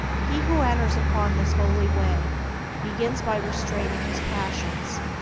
he who enters upon this holy way begins by restraining his passions.